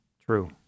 True